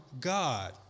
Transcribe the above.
God